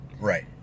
Right